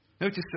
Notice